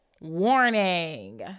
Warning